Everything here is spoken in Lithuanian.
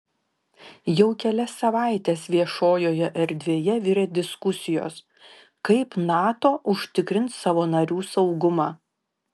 jau kelias savaites viešojoje erdvėje virė diskusijos kaip nato užtikrins savo narių saugumą